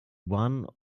one